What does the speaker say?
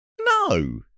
No